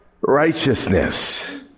righteousness